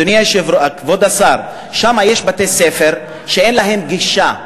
כבוד השר, שם יש בתי-ספר שאין אליהם גישה.